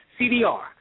CDR